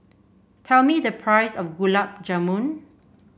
tell me the price of Gulab Jamun